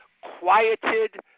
quieted